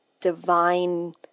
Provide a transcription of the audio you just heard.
divine